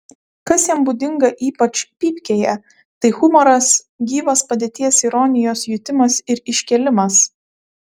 kas jam būdinga ypač pypkėje tai humoras gyvas padėties ironijos jutimas ir iškėlimas